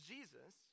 Jesus